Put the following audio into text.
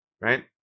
right